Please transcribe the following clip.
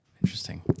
Interesting